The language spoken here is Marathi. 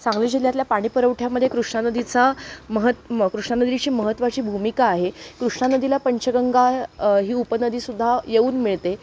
सांगली जिल्ह्यातल्या पाणी पुरवठ्यामध्ये कृष्णा नदीचा महत् म कृष्णा नदीची महत्त्वाची भूमिका आहे कृष्णा नदीला पंचगंगा ही उपनदी सुद्धा येऊन मिळते